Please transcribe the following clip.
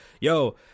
Yo